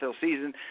season